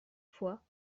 fois